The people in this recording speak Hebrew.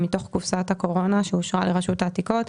מתוך קופסת הקורונה שאושרה לרשות העתיקות,